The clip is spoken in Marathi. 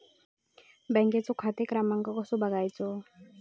बँकेचो खाते क्रमांक कसो बगायचो?